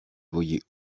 voyez